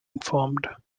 informed